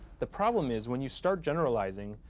the problem is, when you start generalizing,